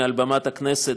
מעל במת הכנסת,